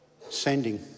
sending